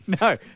No